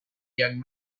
young